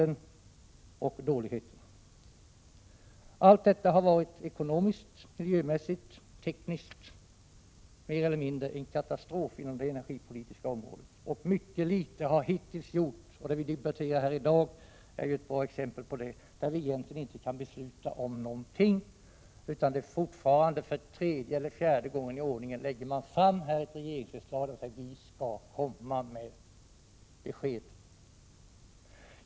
Allt detta har varit mer eller mindre en katastrof, ekonomiskt, miljömässigt, tekniskt, inom det energipolitiska området. Mycket litet har hittills gjorts. Det vi debatterar i dag är ett bra exempel. Vi kan egentligen inte besluta om någonting. För tredje eller fjärde gången i ordningen säger regeringen: Vi skall komma med besked.